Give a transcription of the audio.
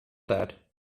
that